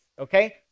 okay